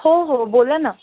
हो हो बोला ना